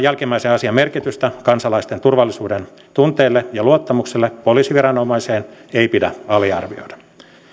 jälkimmäisen asian merkitystä kansalaisten turvallisuudentunteelle ja luottamukselle poliisiviranomaiseen ei pidä aliarvioida